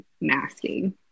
masking